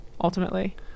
ultimately